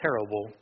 terrible